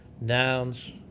Nouns